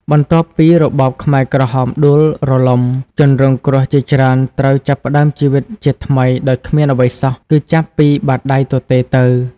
បន្ទាប់ពីរបបខ្មែរក្រហមដួលរលំ ជនរងគ្រោះជាច្រើនត្រូវចាប់ផ្តើមជីវិតជាថ្មីដោយគ្មានអ្វីសោះ គឺចាប់ពីបាតដៃទទេរទៅ។